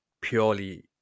purely